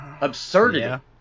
Absurdity